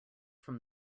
from